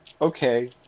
Okay